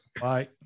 Bye